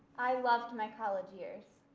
i loved my college years,